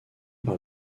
par